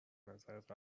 نظرت